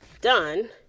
done